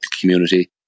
community